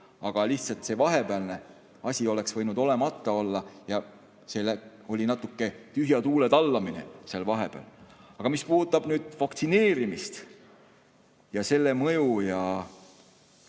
Aga lihtsalt see vahepealne asi oleks võinud olemata olla, see oli natuke tühja tuule tallamine vahepeal. Aga mis puudutab vaktsineerimist ja selle mõju